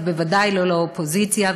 ובוודאי לא לאופוזיציה,